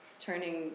turning